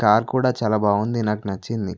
car కూడా చాలా బాగుంది నాకు నచ్చింది